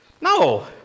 No